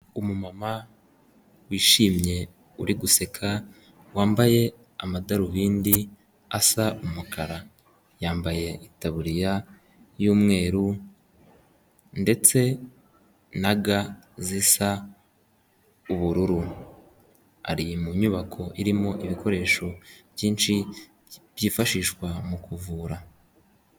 Umumama wishimye uri guseka wambaye amadarubindi asa umukara, yambaye itaburiya y'umweru ndetse na ga zisa ubururu ari mu nyubako irimo ibikoresho byinshi byifashishwa mu kuvura.